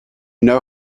know